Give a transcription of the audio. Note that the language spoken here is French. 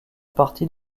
partie